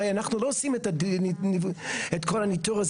הרי אנחנו לא עושים את כל הניתור הזה